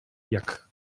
jak